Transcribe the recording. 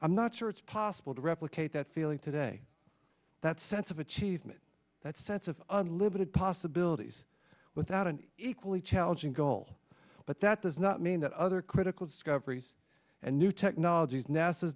i'm not sure it's possible to replicate that feeling today that sense of achievement that sense of unlimited possibilities without an equally challenging goal but that does not mean that other critical discoveries and new technologies nas